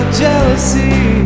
jealousy